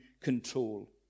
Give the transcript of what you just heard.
control